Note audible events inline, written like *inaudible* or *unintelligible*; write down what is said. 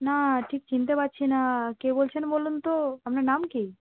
না *unintelligible* ঠিক চিনতে পারছি না কে বলছেন বলুন তো আপনার নাম কী